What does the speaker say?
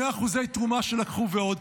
2% תרומות שלקחו ועוד,